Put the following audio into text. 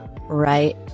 right